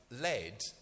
led